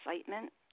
excitement